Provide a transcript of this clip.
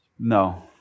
No